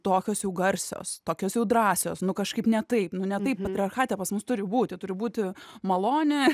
tokios jau garsios tokios jau drąsios nu kažkaip ne taip nu ne taip patriarchate pas mus turi būti turi būti malonė